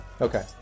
Okay